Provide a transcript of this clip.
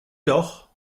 doch